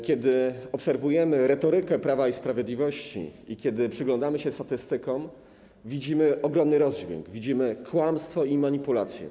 Kiedy obserwujemy retorykę Prawa i Sprawiedliwości i kiedy przyglądamy się statystykom, widzimy ogromny rozdźwięk, widzimy kłamstwo i manipulację.